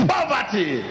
Poverty